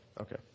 Okay